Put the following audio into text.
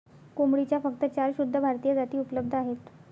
कोंबडीच्या फक्त चार शुद्ध भारतीय जाती उपलब्ध आहेत